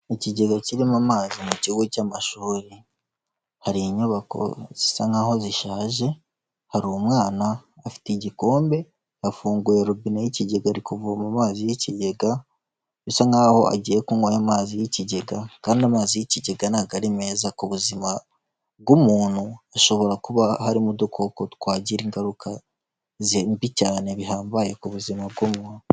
Ikigega kirimo amazi mu kigo cy'amashuri, hari inyubako zisa nk'aho zishaje, hari umwana afite igikombe, afunguye robine y'ikigega ari kuvoma amazi y'ikigega bisa nk'aho agiye kunywa amazi y'ikigega kandi amazi y'ikigega ntago ari meza ku buzima bw'umuntu, ashobora kuba harimo udukoko twagira ingaruka mbi cyane bihambaye ku buzima bw'umuntu.